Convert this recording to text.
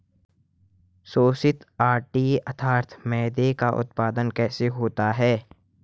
शोधित आटे अर्थात मैदे का उत्पादन कैसे होता है?